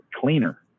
cleaner